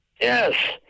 yes